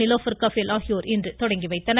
நிலோபர் கபில் ஆகியோர் இன்று துவக்கி வைத்தனர்